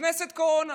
נכנסת קורונה.